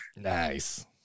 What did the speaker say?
nice